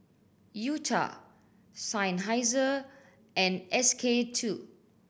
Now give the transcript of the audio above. U Cha Seinheiser and S K Two